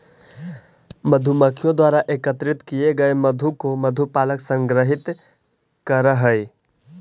मधुमक्खियों द्वारा एकत्रित किए गए मधु को मधु पालक संग्रहित करअ हई